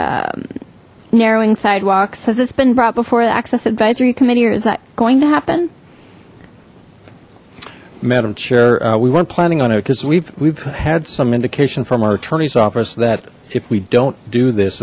to narrowing sidewalks has this been brought before the access advisory committee or is that going to happen madam chair we weren't planning on it because we've we've had some indication from our attorney's office that if we don't do this